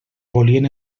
volien